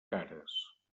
cares